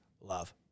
love